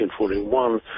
1941